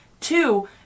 Two